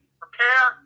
prepare